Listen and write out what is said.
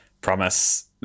promise